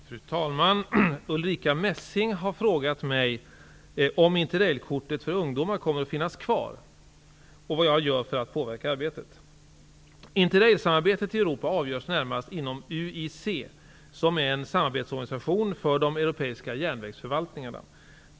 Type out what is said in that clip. Fru talman! Ulrica Messing har frågat mig om Interrailkortet för ungdomar kommer att finnas kvar och vad jag gör för att påverka arbetet. Interrailsamarbetet i Europa avgörs närmast inom UIC, som är en samarbetsorganisation för de europeiska järnvägsförvaltningarna.